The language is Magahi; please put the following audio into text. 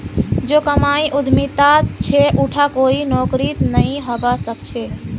जो कमाई उद्यमितात छ उटा कोई नौकरीत नइ हबा स ख छ